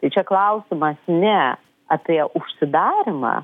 tai čia klausimas ne apie užsidarymą